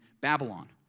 Babylon